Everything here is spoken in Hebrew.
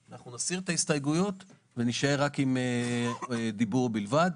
אנחנו נסיר את ההסתייגויות ונישאר רק עם דיבור בלבד.